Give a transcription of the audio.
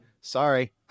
Sorry